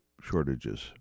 shortages